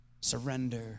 Surrender